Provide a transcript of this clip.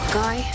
guy